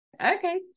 Okay